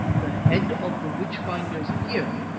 the head of the witch-finders here,